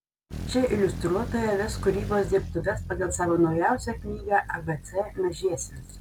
čia iliustruotoja ves kūrybos dirbtuves pagal savo naujausią knygą abc mažiesiems